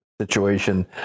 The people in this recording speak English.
situation